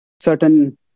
Certain